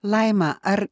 laima ar